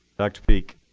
dr. peake.